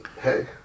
Hey